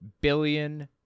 billion